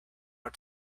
are